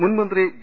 മുൻ മന്ത്രി വി